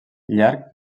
llarg